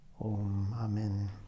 amen